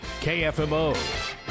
KFMO